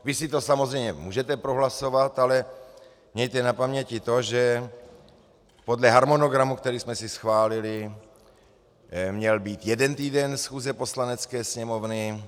Vy si to samozřejmě můžete prohlasovat, ale mějte na paměti to, že podle harmonogramu, který jsme si schválili, měl být jeden týden schůze Poslanecké sněmovny.